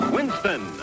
Winston